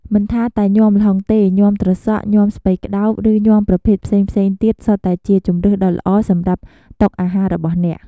មិនថាតែញាំល្ហុងទេ ញាំត្រសក់ ញាំស្ពៃក្តោប ឬញាំប្រភេទផ្សេងៗទៀតសុទ្ធតែជាជម្រើសដ៏ល្អសម្រាប់តុអាហាររបស់អ្នក។